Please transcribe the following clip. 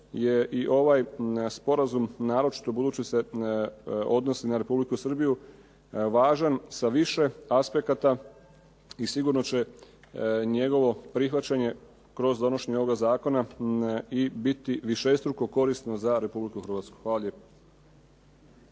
je i ovaj sporazum naročito, budući se odnosi na Republiku Srbiju važan sa više aspekata i sigurno će njegovo prihvaćanje kroz donošenje ovoga zakona i biti višestruko korisno za Republiku Hrvatsku. Hvala